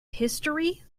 history